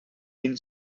been